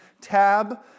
tab